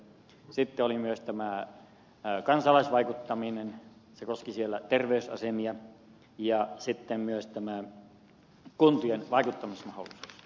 sitten oli myös tämä kansalaisvaikuttaminen se koski siellä terveysasemia ja sitten oli myös tämä kuntien vaikuttamismahdollisuus